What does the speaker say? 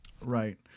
Right